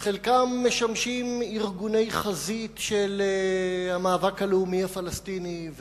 חלקם משמשים ארגוני חזית של המאבק הלאומי הפלסטיני,